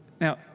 Now